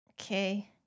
Okay